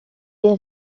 est